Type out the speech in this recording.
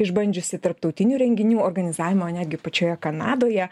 išbandžiusi tarptautinių renginių organizavimo netgi pačioje kanadoje